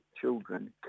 children